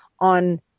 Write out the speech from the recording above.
on